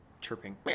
chirping